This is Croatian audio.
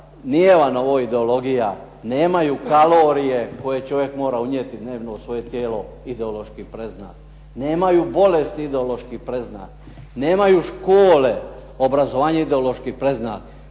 nije vam ovo ideologija, nemaju kalorije koje čovjek mora unijeti dnevno u svoje tijelo ideološki predznak. Nemaju bolesni ideološki predznak, nemaju škole, obrazovanje ideološki predznak.